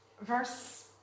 verse